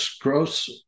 gross